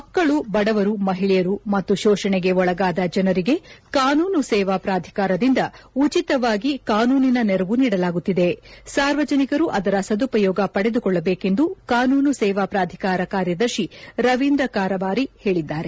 ಮಕ್ಕ ಳು ಬಡವರು ಮಹಿಳೆಯರು ಮತ್ತು ಶೋಷಣೆಗೆ ಒಳಗಾದ ಜನರಿಗೆ ಕಾನೂನು ಸೇವಾ ಪ್ರಾಧಿಕಾರದಿಂದ ಉಚಿತವಾಗಿ ಕಾನೂನಿನ ನೆರವು ನೀಡಲಾಗುತ್ತಿದೆ ಸಾರ್ವಜನಿಕರು ಅದರ ಸದುಪಯೋಗ ಪಡೆದುಕೊಳ್ಳಬೇಕೆಂದು ಕಾನೂನು ಸೇವಾ ಪ್ರಾಧಿಕಾರ ಕಾರ್ಯದರ್ಶಿ ರವೀಂದ್ರ ಕಾರಬಾರಿ ಹೇಳಿದರು